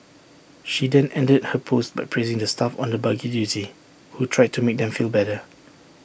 she then ended her post by praising the staff on the buggy duty who tried to make them feel better